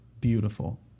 beautiful